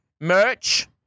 Merch